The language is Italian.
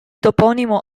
toponimo